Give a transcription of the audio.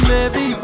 Baby